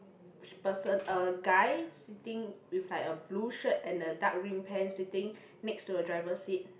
which person a guy sitting with like a blue shirt and a dark green pants sitting next to a driver seat